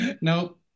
nope